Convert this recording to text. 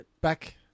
back